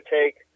take